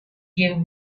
gave